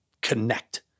connect